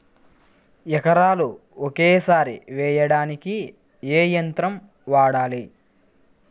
ఎకరాలు ఒకేసారి వేయడానికి ఏ యంత్రం వాడాలి?